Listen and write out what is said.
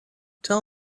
tell